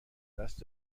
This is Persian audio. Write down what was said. دست